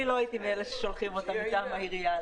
אני לא הייתי מאלה ששולחים אותם מטעם העירייה.